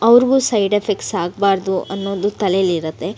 ಅವ್ರಿಗೂ side effects ಆಗಬಾರ್ದು ಅನ್ನೋದು ತಲೇಲಿ ಇರುತ್ತೆ